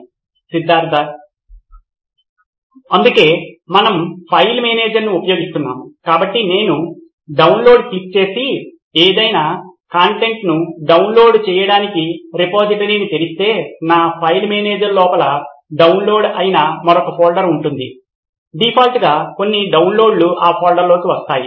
విద్యార్థి సిద్ధార్థ్ అందుకే మనము ఫైల్ మేనేజర్ను ఉపయోగిస్తున్నాము కాబట్టి నేను డౌన్లోడ్ క్లిక్ చేసి ఏదైనా కంటెంట్ను డౌన్లోడ్ చేయడానికి రిపోజిటరీని తెరిస్తే నా ఫైల్ మేనేజర్ లోపల డౌన్లోడ్ అయిన మరొక ఫోల్డర్ ఉంటుంది డిఫాల్ట్గా అన్ని డౌన్లోడ్లు ఆ ఫోల్డర్లోకి వెళ్తాయి